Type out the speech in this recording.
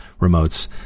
remotes